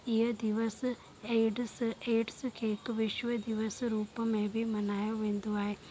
इहे दिवस AIDS AIDS खे हिकु विश्व दिवस रुप में बि मल्हायो वेंदो आहे